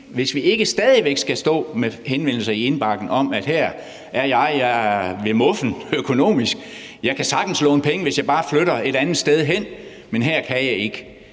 hvis vi ikke stadig væk skal stå med henvendelser i indbakken: Her er jeg, og jeg er ved muffen økonomisk; jeg kan sagtens låne penge, hvis jeg bare flytter et andet sted hen, men her kan jeg ikke.